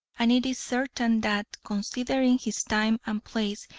and it is certain that, considering his time and place,